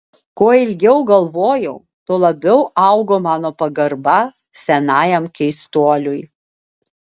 kuo ilgiau galvojau tuo labiau augo mano pagarba senajam keistuoliui